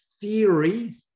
theory